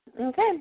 Okay